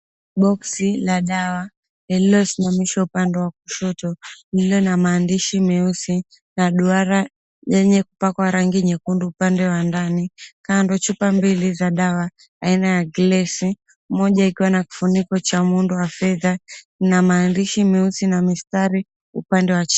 Boksi la dawa lililosimamishwa upande wa kushoto lililo na maandishi meusi na duara lenye kupakwa rangi nyekundu upande wa ndani. Kando chupa mbili za dawa aina ya glesi , moja ikiwa na kifuniko cha muundo wa fedha na maandishi meusi na mistari upande wa chini.